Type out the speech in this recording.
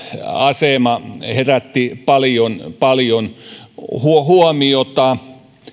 asema herätti paljon paljon huomiota